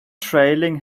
trailing